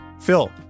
Phil